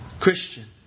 Christian